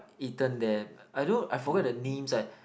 eaten there I don't know I forget the names eh